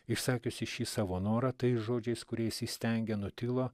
išsakiusį šį savo norą tais žodžiais kuris įstengia nutilo